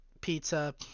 pizza